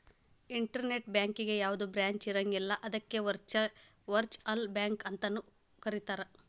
internet ಬ್ಯಾಂಕಿಗೆ ಯಾವ್ದ branch ಇರಂಗಿಲ್ಲ ಅದಕ್ಕ ವರ್ಚುಅಲ್ ಬ್ಯಾಂಕ ಅಂತನು ಕರೇತಾರ